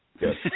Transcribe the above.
Yes